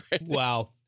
wow